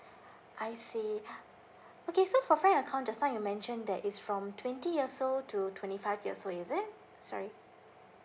I see okay so for frank account just now you mentioned that it's from twenty years old to twenty five years old is it sorry